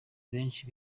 benshi